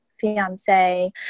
fiance